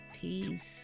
Peace